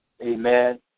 Amen